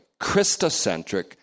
Christocentric